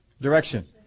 Direction